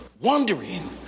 wondering